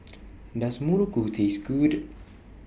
Does Muruku Taste Good